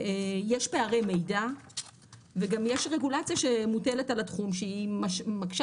יש פערי מידע וגם יש רגולציה שמוטלת על התחום שהיא מקשה